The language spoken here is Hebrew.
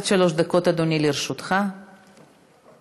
עד שלוש דקות לרשותך, אדוני.